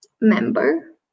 member